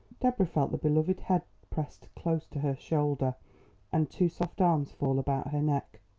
deborah felt the beloved head pressed close to her shoulder and two soft arms fall about her neck.